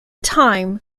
time